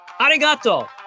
Arigato